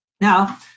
Now